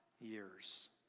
years